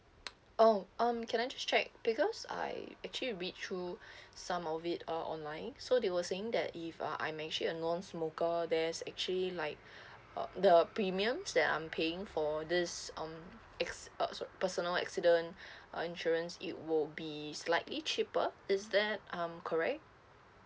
oh um can I check because I actually read through some of it uh online so they were saying that if uh I'm actually a non-smoker there's actually like uh the premiums that I'm paying for this um acc~ uh sorry personal accident uh insurance it will be slightly cheaper is that um correct